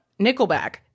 Nickelback